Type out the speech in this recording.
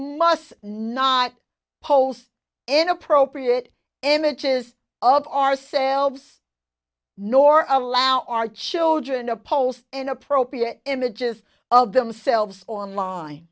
must not post in appropriate images of ourselves nor of allow our children a post inappropriate images of themselves online